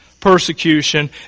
Persecution